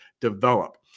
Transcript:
develop